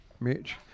Mitch